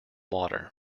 water